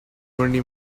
twenty